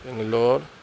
Bangalore